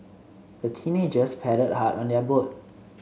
the teenagers paddled hard on their boat